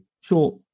short